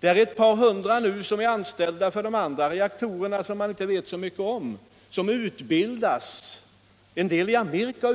Ett par hundra är anställda för de andra reaktorerna, som vi inte vet så mycket om. De utbildas, en del i Amerika.